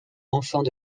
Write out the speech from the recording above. enfants